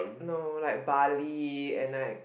no like barley and like